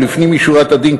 ולפנים משורת הדין,